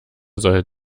soll